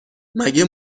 مگه